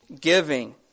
giving